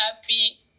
happy